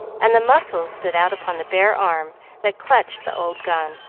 and the muscles stood out upon the bare arm that clutched the old gun.